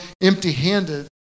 empty-handed